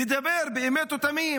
לדבר באמת ובתמים